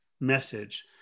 message